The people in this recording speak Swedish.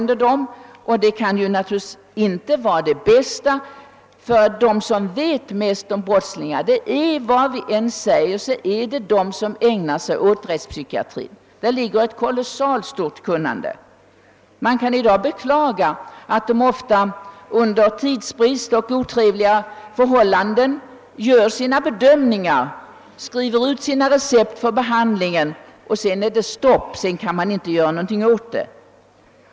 Det sistnämnda kan naturligtvis inte vara det bästa, eftersom de som vet mest om brottslingar är — vad man sedan än säger — de som ägnar sig åt rättspsykiatri. De har ett kolossalt stort kunnande. Man kan i dag beklaga att rättspsykiatern ofta gör sina bedömningar under tidsbrist och under otrevliga förhållanden. När diagnosen är ställd och anvisningar på behandlingen lämnats av psykiatern blir det tyvärr ofta stopp, och man saknar möjligheter till behandling.